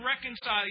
reconcile